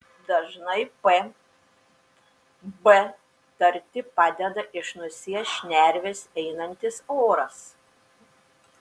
dažnai p b tarti padeda iš nosies šnervės einantis oras